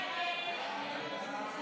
הצעת סיעת יש